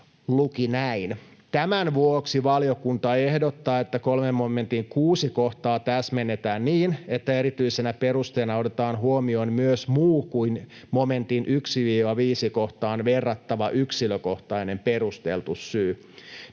”Tämän vuoksi valiokunta ehdottaa, että 3 momentin 6 kohtaa täsmennetään niin, että erityisenä perusteena otetaan huomioon myös muu kuin momentin 1—5 kohtaan verrattava yksilökohtainen perusteltu syy.